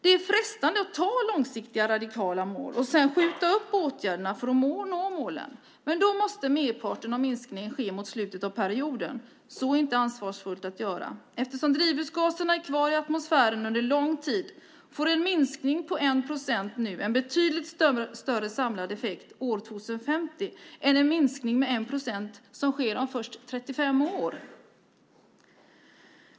Det är frestande att ta långsiktiga radikala mål och sedan skjuta upp åtgärderna för att nå målen, men då måste merparten av minskningen ske mot slutet av perioden. Så är inte ansvarsfullt att göra. Eftersom drivhusgaserna är kvar i atmosfären under lång tid får en minskning på 1 procent nu en betydligt större samlad effekt år 2050 än en minskning med 1 procent som sker om först 35 år.